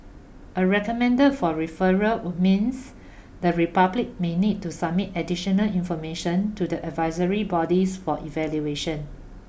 a recommended for referral would means the Republic may need to submit additional information to the advisory bodies for evaluation